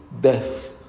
death